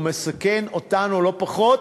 והוא מסכן אותנו לא פחות